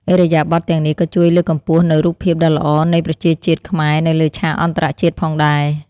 ឥរិយាបថទាំងនេះក៏ជួយលើកកម្ពស់នូវរូបភាពដ៏ល្អនៃប្រជាជាតិខ្មែរនៅលើឆាកអន្តរជាតិផងដែរ។